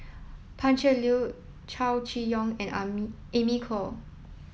Pan Cheng Lui Chow Chee Yong and Amy Khor